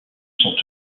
sont